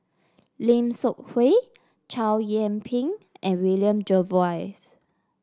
Lim Seok Hui Chow Yian Ping and William Jervois